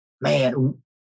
man